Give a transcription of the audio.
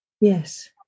Yes